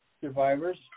survivors